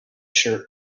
shirt